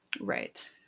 Right